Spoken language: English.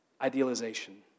idealization